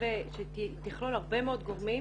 שתכלול הרבה מאוד גורמים